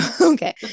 Okay